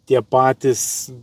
tie patys